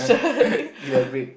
elaborate